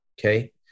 okay